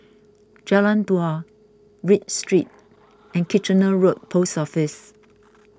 Jalan Dua Read Street and Kitchener Road Post Office